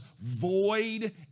void